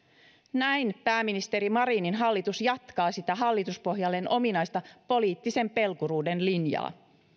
näin pääministeri marinin hallitus jatkaa sitä hallituspohjalleen ominaista poliittisen pelkuruuden linjaa